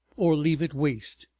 or leave it waste,